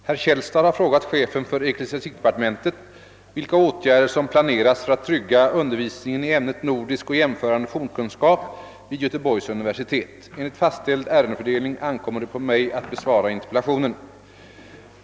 Herr talman! Herr Källstad har frågat chefen för ecklesiastikdepartementet vilka åtgärder som planeras för att trygga undervisningen i ämnet nordisk och jämförande fornkunskap vid Göteborgs universitet. Enligt fastställd ärendefördelning ankommer det på mig att besvara frågan.